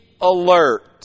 alert